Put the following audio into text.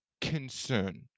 concern